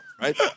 right